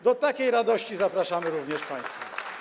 Do takiej radości zapraszamy również państwa.